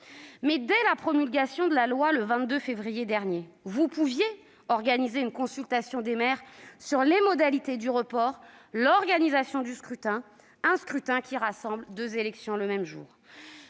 dès la promulgation de la loi du 22 février dernier, vous pouviez organiser une consultation des maires sur les modalités du report et l'organisation du scrutin, un scrutin qui, je le rappelle, rassemble deux élections le même jour.